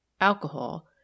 alcohol